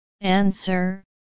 Answer